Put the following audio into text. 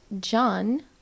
John